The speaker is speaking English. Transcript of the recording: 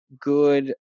good